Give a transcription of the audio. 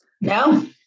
No